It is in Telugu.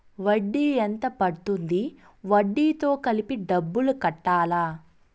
వడ్డీ ఎంత పడ్తుంది? వడ్డీ తో కలిపి డబ్బులు కట్టాలా?